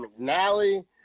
mcnally